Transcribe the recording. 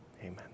Amen